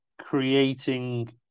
creating